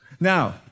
Now